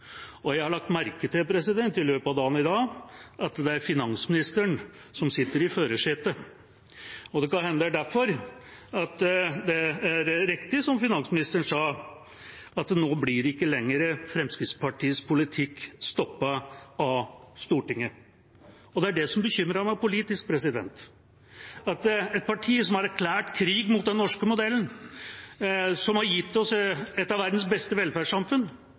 har jeg lagt merke til at det er finansministeren som sitter i førersetet. Det kan derfor hende det er riktig, det som finansministeren sa, at nå blir ikke lenger Fremskrittspartiets politikk stoppet av Stortinget. Det er det som bekymrer meg politisk, at et parti som har erklært krig mot den norske modellen som har gitt oss et av verdens beste velferdssamfunn,